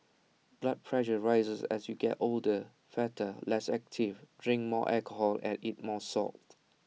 blood pressure rises as you get older fatter less active drink more alcohol and eat more salt